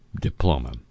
diploma